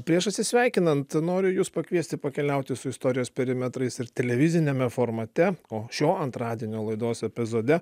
prieš atsisveikinant noriu jus pakviesti pakeliauti su istorijos perimetrais ir televiziniame formate o šio antradienio laidos epizode